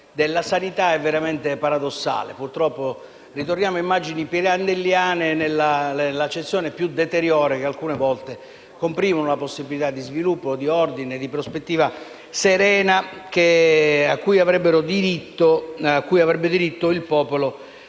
sanità è veramente paradossale. Purtroppo, torniamo a immagini pirandelliane, nell'accezione più deteriore, che alcune volte comprimono la possibilità di sviluppo, di ordine e di prospettiva serena cui avrebbe diritto il popolo